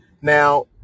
Now